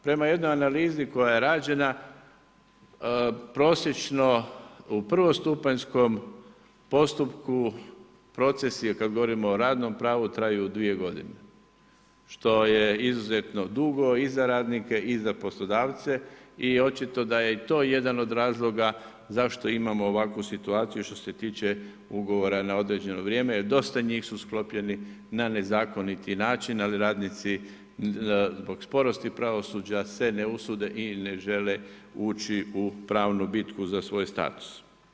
Prema jednoj analizi koja je rađena, prosječno u prvostupanjskom postupku, proces je kad govorimo o radnom pravu, traju 2 g., što je izuzetno dugo i za radnike i za poslodavce i očito da je i to jedan od razloga zašto imamo ovakvu situaciju što se tiče ugovora na određeno vrijeme jer dosta njih su sklopljeni na nezakoniti način ali radnici zbog sporosti pravosuđa se ne usude i ne žele ući u pravnu bitku za svoj status.